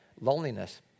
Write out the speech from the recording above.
loneliness